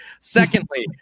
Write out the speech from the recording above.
Secondly